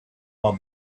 are